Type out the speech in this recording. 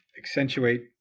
accentuate